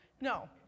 no